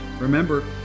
remember